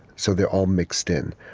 so they're all mixed in.